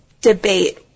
debate